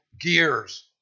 gears